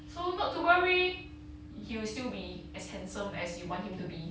so not to worry he will still be as handsome as you want him to be